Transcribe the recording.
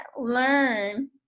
learn